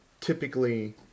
typically